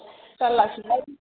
जारलासोहाय